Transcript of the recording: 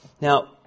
Now